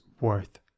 worth